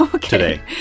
today